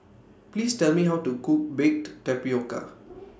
Please Tell Me How to Cook Baked Tapioca